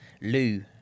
Lou